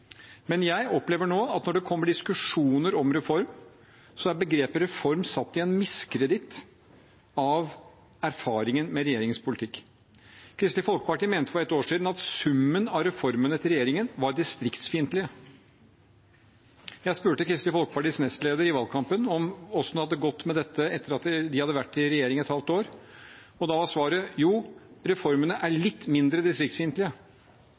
Men jeg opplever nå at når det kommer diskusjoner om reform, er begrepet «reform» satt i miskreditt av erfaringen med regjeringens politikk. Kristelig Folkeparti mente for et år siden at summen av reformene til regjeringen var distriktsfiendtlig. Jeg spurte Kristelig Folkepartis nestleder i valgkampen om hvordan det hadde gått med dette etter at de hadde vært i regjering et halvt år. Da var svaret: Jo, reformene er litt mindre distriktsfiendtlige.